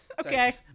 Okay